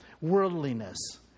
Worldliness